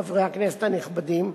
חברי הכנסת הנכבדים,